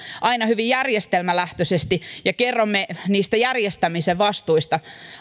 aina hyvin järjestelmälähtöisesti ja kerromme niistä järjestämisen vastuista